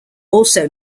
also